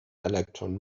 electron